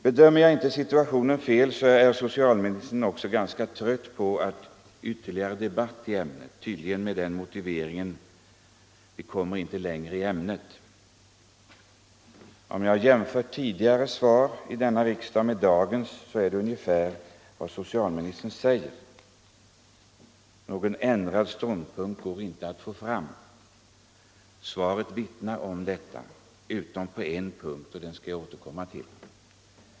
Bedömer jag inte situationen fel så är socialministern ganska trött på ytterligare debatt i ämnet, tydligen med den motiveringen att vi inte kommer längre i detta ämne. Om jag jämför tidigare svar i riksdagen med dagens svar, så finner jag att det är ungefär detta som socialministern säger. Någon ändrad ståndpunkt går inte att få fram. Svaret vittnar om detta, utom på en punkt, som jag skall återkomma till.